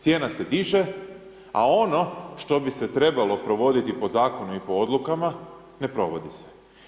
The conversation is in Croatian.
Cijena se diže, a ono što bi se trebalo provoditi po zakonu i po odlukama ne provodi se.